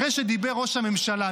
אחרי שדיבר ראש הממשלה,